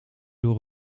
door